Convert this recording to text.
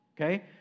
Okay